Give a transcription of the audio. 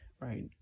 right